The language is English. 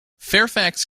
fairfax